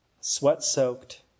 sweat-soaked